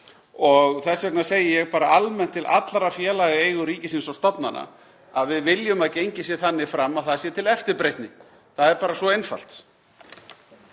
Þess vegna segi ég bara almennt til allra félaga í eigu ríkisins og stofnana að við viljum að gengið sé þannig fram að það sé til eftirbreytni. Það er bara svo einfalt.